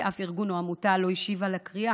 כי אף ארגון או עמותה לא השיב על הקריאה.